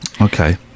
Okay